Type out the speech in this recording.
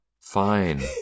Fine